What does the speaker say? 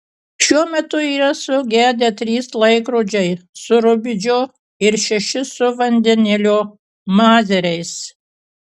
šiuo metu yra sugedę trys laikrodžiai su rubidžio ir šeši su vandenilio mazeriais